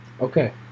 Okay